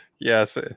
yes